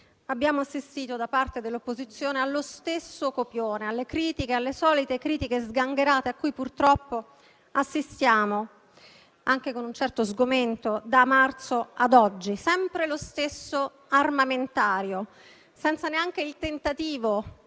abbiamo assistito da parte dell'opposizione allo stesso copione, alle solite critiche sgangherate cui purtroppo assistiamo, anche con un certo sgomento, da marzo ad oggi. È sempre lo stesso armamentario, senza neanche il tentativo